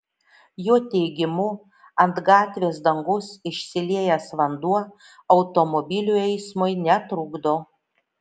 jo teigimu ant gatvės dangos išsiliejęs vanduo automobilių eismui netrukdo